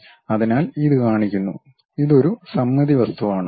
അതിനാൽ ഇത് കാണിക്കുന്നു ഇത് ഒരു സമമിതി വസ്തുവാണ്